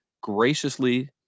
graciously